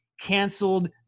canceled